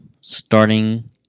starting